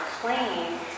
playing